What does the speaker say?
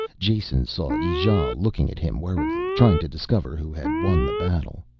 jason saw ijale looking at him worriedly, trying to discover who had won the battle.